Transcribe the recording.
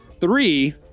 Three